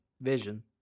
vision